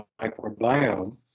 microbiome